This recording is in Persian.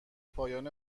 پایان